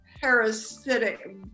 parasitic